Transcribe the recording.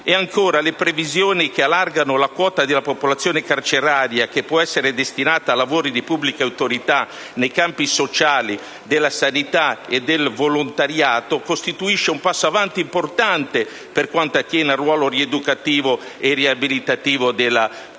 Le previsioni che allargano la quota della popolazione carceraria che può essere destinata a lavori di pubblica utilità nei campi sociali della sanità e del volontariato costituiscono un passo avanti importante per quanto attiene al ruolo rieducativo e riabilitativo della pena.